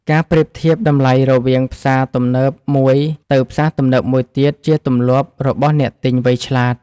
ការប្រៀបធៀបតម្លៃរវាងផ្សារទំនើបមួយទៅផ្សារទំនើបមួយទៀតជាទម្លាប់របស់អ្នកទិញ វៃឆ្លាត។